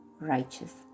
righteous